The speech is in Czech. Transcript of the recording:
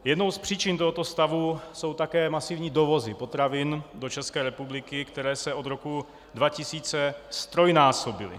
Jednou z příčin tohoto stavu jsou také masivní dovozy potravin do České republiky, které se od roku 2000 ztrojnásobily.